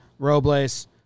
Robles